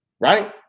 right